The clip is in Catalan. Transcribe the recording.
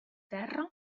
terra